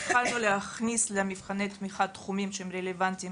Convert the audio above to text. התחלנו להכניס למבחני התמיכה תחומים שהם רלוונטיים